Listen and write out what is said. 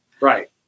right